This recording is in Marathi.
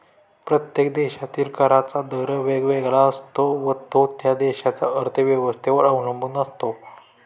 प्रत्येक देशातील कराचा दर वेगवेगळा असतो व तो त्या देशाच्या अर्थव्यवस्थेवर अवलंबून असतो